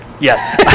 yes